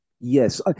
Yes